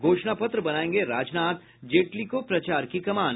घोषणापत्र बनायेंगे राजनाथ जेटली को प्रचार की कमान